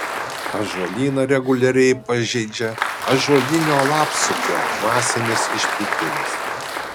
ąžuolyną reguliariai pažeidžia ąžuolinio lapsukio masinis išplitimas